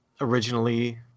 originally